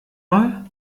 mal